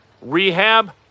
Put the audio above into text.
rehab